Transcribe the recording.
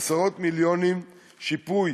עשרות מיליונים שיפוי